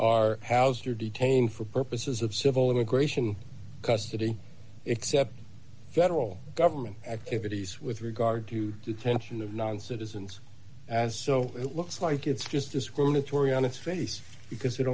are house or detained for purposes of civil immigration custody except federal government activities with regard to detention of non citizens and so it looks like it's just discriminatory on its face because it